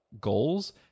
goals